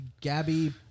Gabby